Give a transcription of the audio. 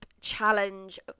challenge